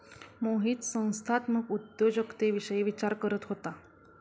मोहित संस्थात्मक उद्योजकतेविषयी विचार करत होता